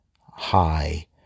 high